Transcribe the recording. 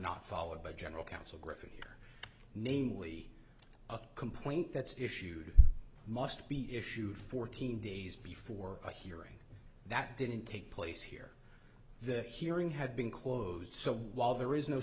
not followed by general counsel griffin here namely a complaint that's issued must be issued fourteen days before a hearing that didn't take place here the hearing had been closed so while there is no